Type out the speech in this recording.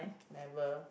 never